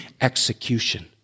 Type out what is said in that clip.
execution